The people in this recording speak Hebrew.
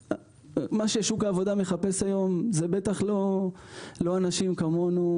מה ששוק העבודה מחפש היום זה בטח לא אנשים כמונו.